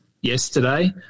yesterday